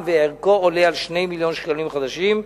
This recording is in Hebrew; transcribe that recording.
וערכו עולה על 2 מיליוני שקלים חדשים.